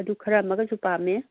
ꯑꯗꯨ ꯈꯔꯃꯒꯁꯨ ꯄꯥꯝꯃꯦ